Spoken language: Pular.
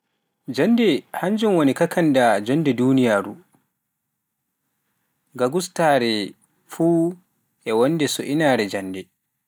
jannde hannjun woni kakkanda jonde duniyaaru, gaagustaare fuu e wonde so inaare jannde.